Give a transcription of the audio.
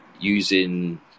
using